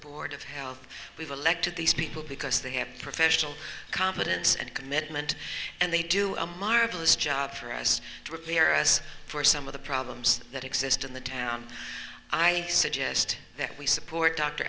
board of health we've elected these people because they have professional competence and commitment and they do a marvelous job for us rivera's for some of the problems that exist in the town i suggest that we support d